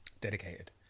dedicated